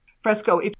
fresco